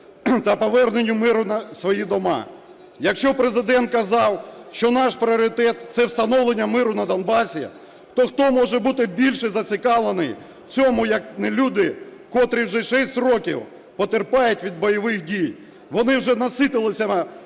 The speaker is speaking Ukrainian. та повернення миру у свої дома. Якщо Президент казав, що наш пріоритет – це встановлення миру на Донбасі, то хто може бути більше зацікавлений в цьому, як не люди, котрі вже шість років потерпають від бойових дій. Вони вже наситились тими